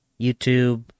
YouTube